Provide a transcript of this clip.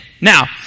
Now